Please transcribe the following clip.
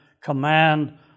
command